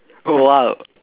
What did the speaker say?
oh !wow!